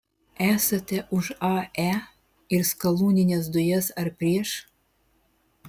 esate už ae ir skalūnines dujas ar prieš